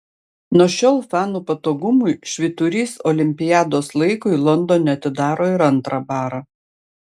nuo šiol fanų patogumui švyturys olimpiados laikui londone atidaro ir antrą barą